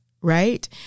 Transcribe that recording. right